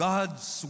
God's